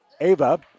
Ava